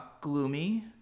Gloomy